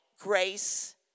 grace